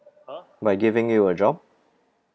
by giving you a job